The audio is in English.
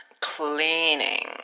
Cleaning